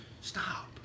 Stop